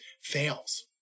fails